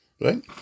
right